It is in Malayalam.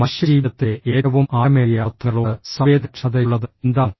മനുഷ്യജീവിതത്തിൻറെ ഏറ്റവും ആഴമേറിയ അർത്ഥങ്ങളോട് സംവേദനക്ഷമതയുള്ളത് എന്താണ്